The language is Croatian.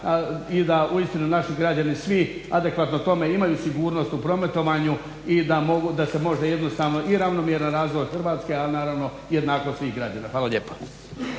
i da uistinu naši građani svi adekvatno tome imaju sigurnost u prometovanju i da se može jednostavno i ravnomjeran razvoj Hrvatske, a naravno jednakost svih građana. Hvala lijepa.